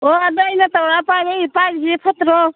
ꯍꯣ ꯑꯗꯣ ꯑꯩꯅ ꯇꯧꯔꯛꯑ ꯄꯥꯏꯔꯤꯁꯤ ꯐꯠꯇ꯭ꯔꯣ